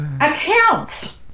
accounts